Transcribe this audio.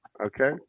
Okay